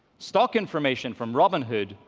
stock information from robinhood,